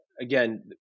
again